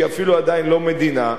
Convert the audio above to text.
שהיא אפילו עדיין לא מדינה.